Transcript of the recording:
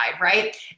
right